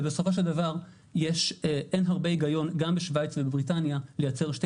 ובסופו של דבר אין הרבה היגיון גם בשוויץ ובבריטניה לייצר שתי